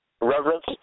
Reverence